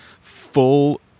full